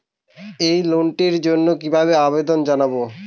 এই লোনটির জন্য কিভাবে আবেদন জানাবো?